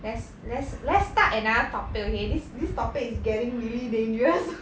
let's let's let's start another topic okay this this topic is getting really dangerous